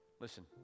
listen